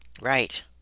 Right